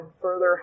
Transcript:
further